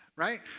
right